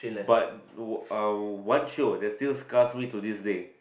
but wha~ uh one show that still disgust me to this day